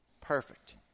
perfect